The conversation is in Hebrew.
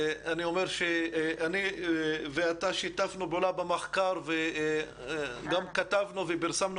אני ואתה שיתפנו פעולה במחקר וגם כתבנו ופרסמנו